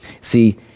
See